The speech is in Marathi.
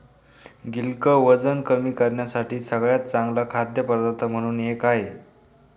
गिलक वजन कमी करण्यासाठी सगळ्यात चांगल्या खाद्य पदार्थांमधून एक आहे